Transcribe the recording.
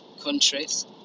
countries